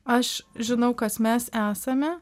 aš žinau kas mes esame